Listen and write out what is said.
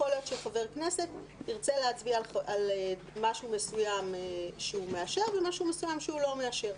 יכול להיות שחבר כנסת ירצה לאשר משהו מסוים ומשהו מסוים לא לאשר.